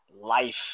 life